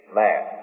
man